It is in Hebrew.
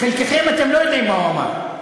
חלקכם לא יודעים מה הוא אמר,